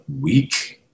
week